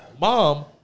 Mom